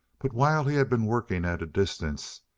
but while he had been working at a distance,